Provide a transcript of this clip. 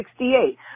1968